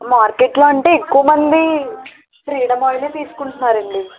మార్కెట్లో అంటే ఎక్కువమంది ఫ్రీడమ్ ఆయిల్ తీసుకుంటున్నారు అండి